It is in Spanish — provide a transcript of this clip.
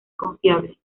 confiable